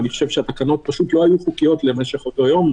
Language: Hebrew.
ואני חושב שהתקנות לא היו חוקיות למשך אותו יום.